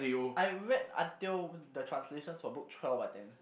I read until the translations for book twelve I think